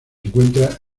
encuentra